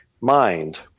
mind